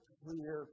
clear